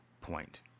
point